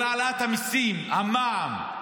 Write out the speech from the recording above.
כל העלאת המיסים, המע"מ,